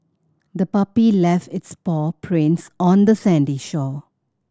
the puppy left its paw prints on the sandy shore